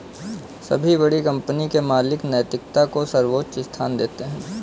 सभी बड़ी कंपनी के मालिक नैतिकता को सर्वोच्च स्थान देते हैं